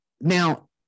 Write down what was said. now